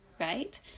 right